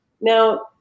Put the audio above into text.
Now